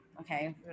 Okay